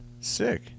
Sick